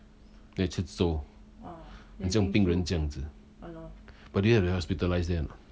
then 你吃粥 uh then 这样病人这样子 but do you have to hospitalise there or not